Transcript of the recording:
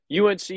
UNC